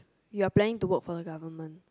you are planning to work for the government